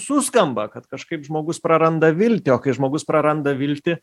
suskamba kad kažkaip žmogus praranda viltį o kai žmogus praranda viltį